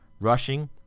Rushing